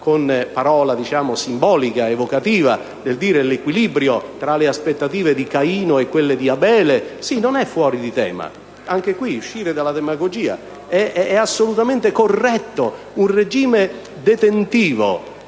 con parola simbolica ed evocativa, nel dire dell'equilibrio tra le aspettative di Caino e quelle di Abele, non è fuori di tema. Anche qui, uscire fuori dalla demagogia è assolutamente corretto. Un regime detentivo